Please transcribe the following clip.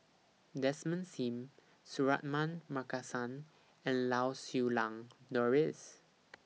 Desmond SIM Suratman Markasan and Lau Siew Lang Doris